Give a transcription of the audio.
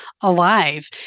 alive